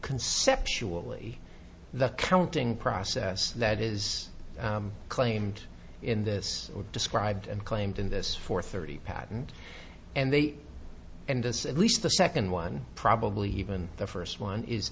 conceptually the counting process that is claimed in this or described and claimed in this four thirty patent and they and this at least the second one probably even the first one is